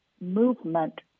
movement